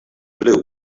blew